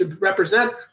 represent